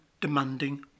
demanding